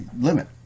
limit